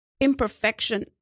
imperfection